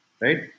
right